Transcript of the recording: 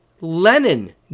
lenin